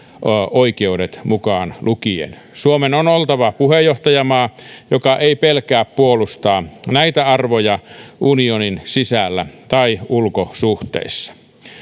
oikeudet mukaan lukien suomen on oltava puheenjohtajamaa joka ei pelkää puolustaa näitä arvoja unionin sisällä tai ulkosuhteissa